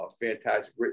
fantastic